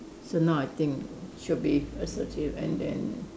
so now I think should be assertive and then